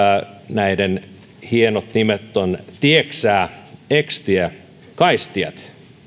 näiden hienot nimet ovat tiäksää ekstiä kaistiät